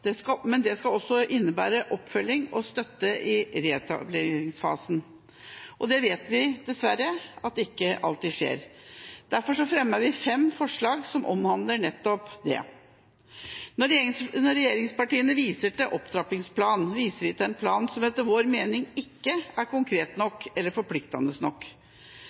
Det skal også innebære oppfølging og støtte i reetableringsfasen. Det vet vi dessverre ikke alltid skjer. Derfor fremmer vi fem forslag som omhandler nettopp det. Når regjeringspartiene viser til opptrappingsplanen, viser de til en plan som etter vår mening ikke er konkret nok eller forpliktende nok.